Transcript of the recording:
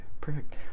perfect